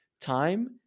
time